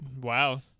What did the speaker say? Wow